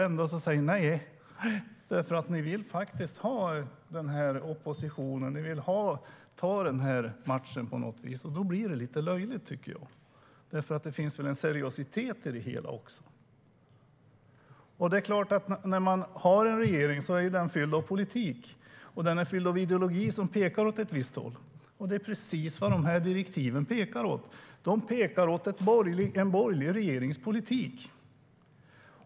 Ändå säger ni nej. Ni vill faktiskt ha den här oppositionen. Ni vill ta den här matchen på något vis. Då blir det lite löjligt, tycker jag. För det finns väl en seriositet i det hela också? En regering är fylld av politik och ideologi som pekar åt ett visst håll. De här direktiven pekar åt en borgerlig regerings politik.